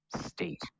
state